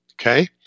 okay